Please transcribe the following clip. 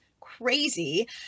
crazy